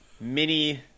mini